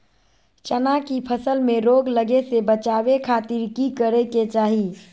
चना की फसल में रोग लगे से बचावे खातिर की करे के चाही?